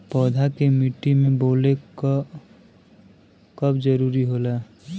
पौधा के मिट्टी में बोवले क कब जरूरत होला